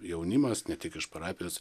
jaunimas ne tik iš parapijos